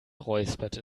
räusperte